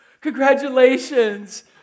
congratulations